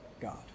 God